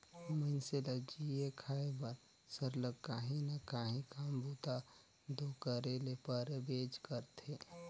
मइनसे ल जीए खाए बर सरलग काहीं ना काहीं काम बूता दो करे ले परबेच करथे